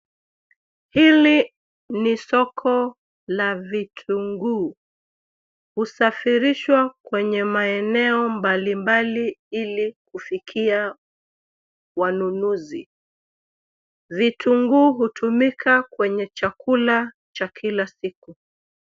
Hili ni soko la vitunguu, husafirishwa kwenye maeneo mbalimbali ili kufikia wanunuzi. Vitunguu hutumika kwenye chakula cha kila siku.